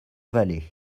vallée